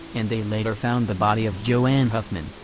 and they later found the body of joann huffman,